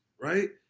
right